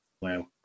Wow